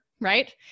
right